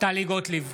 טלי גוטליב,